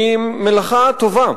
היא מלאכה טובה.